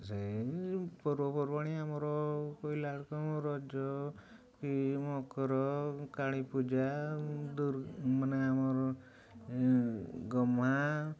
ସେ ପର୍ବପର୍ବାଣି ଆମର ପଡ଼ିଲା ବେଳକୁ ରଜ କି ମକର କାଳୀପୂଜା ମାନେ ଆମର ଗମ୍ହା